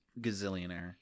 gazillionaire